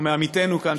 או מעמיתינו כאן,